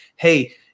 hey